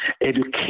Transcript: Education